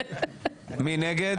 מי נגד?